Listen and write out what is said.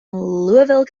louisville